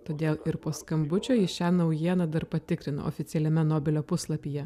todėl ir po skambučio į šią naujieną dar patikrina oficialiame nobelio puslapyje